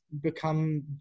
become